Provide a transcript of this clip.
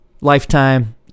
Lifetime